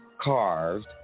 carved